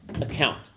account